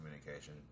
communication